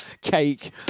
cake